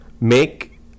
make